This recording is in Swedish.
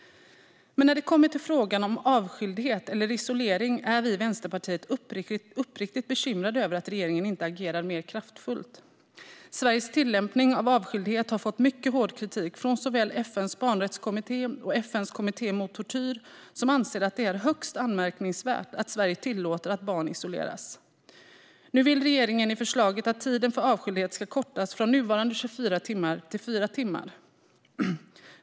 Men när det kommer till frågan om avskildhet eller isolering är vi i Vänsterpartiet uppriktigt bekymrade över att regeringen inte agerar mer kraftfullt. Sveriges tillämpning av avskildhet har fått mycket hård kritik från såväl FN:s barnrättskommitté som FN:s kommitté mot tortyr, som anser att det är högst anmärkningsvärt att Sverige tillåter att barn isoleras. Nu vill regeringen i förslaget att tiden för avskildhet ska kortas från nuvarande 24 timmar till 4 timmar.